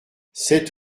sept